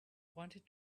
wanted